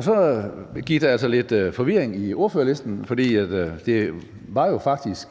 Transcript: Så gik der altså lidt forvirring i ordførerlisten, for det var jo faktisk